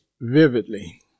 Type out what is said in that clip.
vividly